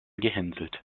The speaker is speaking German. gehänselt